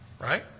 right